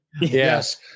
Yes